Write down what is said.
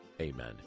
Amen